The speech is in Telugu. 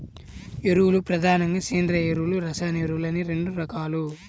ఎరువులు ప్రధానంగా సేంద్రీయ ఎరువులు, రసాయన ఎరువులు అని రెండు రకాలు